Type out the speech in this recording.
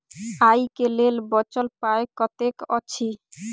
आइ केँ लेल बचल पाय कतेक अछि?